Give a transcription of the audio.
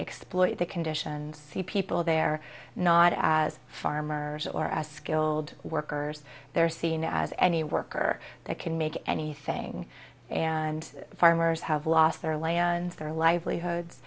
exploit the conditions see people they're not as farmers or as skilled workers they're seen as any worker that can make anything and farmers have lost their lands their livelihoods